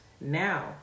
Now